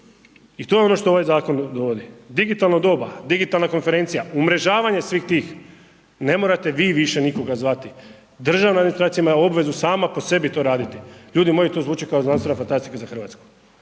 i to je ono što ovaj zakon dovodi. Digitalno doba, digitalna konferencija, umrežavanje svih tih, ne morate vi više nikoga zvati. Državna …/Govornik se ne razumije./… ima obveza sama po sebi to raditi, ljudi moji to zvuči kao znanstvena fantastika za Hrvatsku,